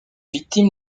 victime